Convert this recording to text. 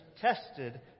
tested